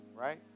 Right